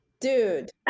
Dude